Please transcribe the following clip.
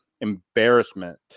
embarrassment